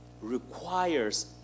requires